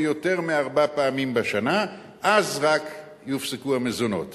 או יותר מארבע פעמים בשנה, רק אז יופסקו המזונות.